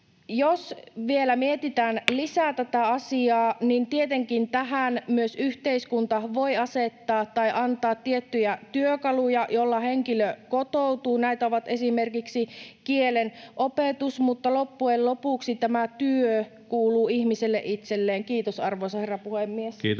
Jos vielä mietitään lisää tätä asiaa, niin tietenkin tähän myös yhteiskunta voi asettaa tai antaa tiettyjä työkaluja, jolla henkilö kotoutuu. Näitä ovat esimerkiksi kielen opetus, mutta loppujen lopuksi tämä työ kuuluu ihmiselle itselleen. — Kiitos, arvoisa herra puhemies.